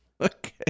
Okay